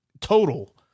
total